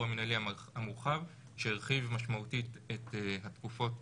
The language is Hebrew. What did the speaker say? המינהלי המורחב שהרחיב משמעותית את התקופות